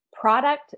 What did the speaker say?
product